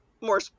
more